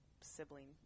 sibling